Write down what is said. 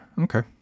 Okay